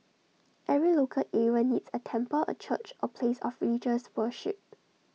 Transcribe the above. every local area needs A temple A church A place of religious worship